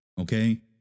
Okay